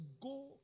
go